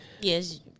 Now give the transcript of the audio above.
Yes